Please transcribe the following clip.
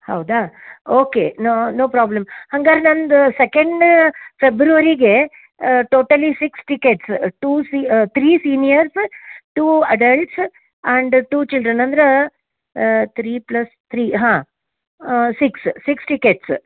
ಹೌದ okay no no problem ಹಂಗಾರೆ ನಂದು ಸೆಕೆಂಡ್ ಫೆಬ್ರುವರಿಗೆ totally six tickets to see three seniors two adults and two children ಅಂದ್ರೆ three plus three ಹಾಂ six six tickets